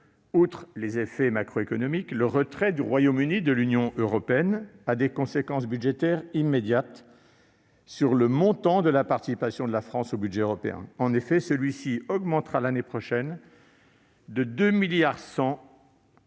Outre les effets macroéconomiques, le retrait du Royaume-Uni de l'Union européenne a des conséquences budgétaires immédiates sur le montant de la participation de la France au budget européen : celui-ci augmentera de 2,1 milliards d'euros